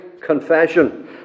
confession